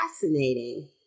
fascinating